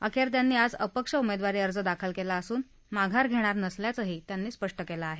अखेर त्यांनी आज अपक्ष उमेदवारी अर्ज दाखल केला असून माघार घेणार नसल्याचं त्यांनी स्पष्ट केले आहे